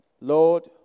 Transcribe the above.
Lord